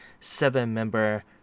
seven-member